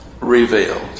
revealed